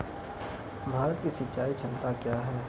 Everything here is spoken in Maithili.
भारत की सिंचाई क्षमता क्या हैं?